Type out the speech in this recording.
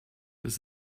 does